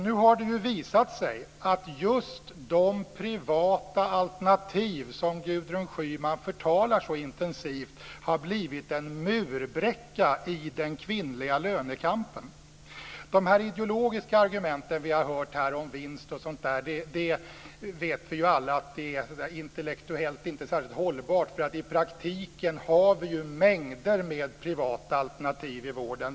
Nu har det visat sig att just de privata alternativ som Gudrun Schyman förtalar så intensivt har blivit en murbräcka i den kvinnliga lönekampen. De här ideologiska argument som vi hört om vinst och sådant vet vi alla intellektuellt inte är särskilt hållbart. I praktiken har vi mängder med privata alternativ i vården.